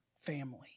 family